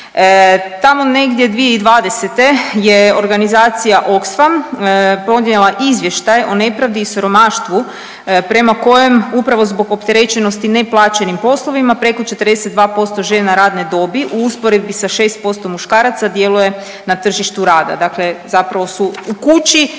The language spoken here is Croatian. Tamo negdje 2020. je Organizacija OXFAM podnijela izvještaj o nepravdi i siromaštvu prema kojem upravo zbog opterećenosti neplaćenim poslovima preko 42% žena radne dobi u usporedbi sa 6% muškaraca djeluje na tržištu rada, dakle zapravo su u kući